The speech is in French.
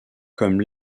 comme